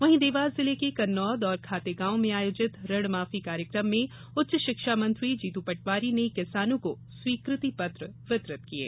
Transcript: वहीं देवास जिले के कन्नौद और खातेगांव में आयोजित ऋणमाफी कार्यकम में उच्च शिक्षा मंत्री जीतू पटवारी ने किसानों को स्वीकृति पत्र वितरित किये